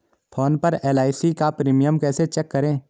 Phone पर LIC का premium कैसे चेक करें?